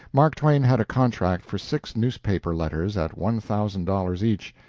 mark twain had a contract for six newspaper letters at one thousand dollars each.